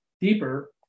deeper